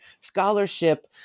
scholarship